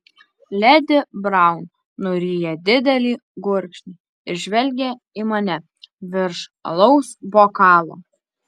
ledi braun nuryja didelį gurkšnį ir žvelgia į mane virš alaus bokalo